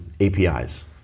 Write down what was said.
APIs